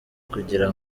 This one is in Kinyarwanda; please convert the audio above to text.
kugira